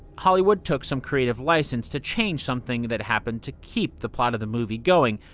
hollywood took some creative license to change something that happened to keep the plot of the movie going.